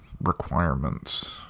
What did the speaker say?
requirements